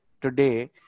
today